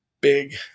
big